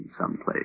someplace